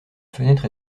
fenêtre